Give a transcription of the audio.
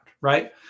right